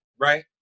right